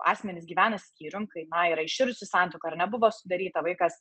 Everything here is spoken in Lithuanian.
asmenys gyvena skyrium kai na yra iširusi santuoka ar nebuvo sudaryta vaikas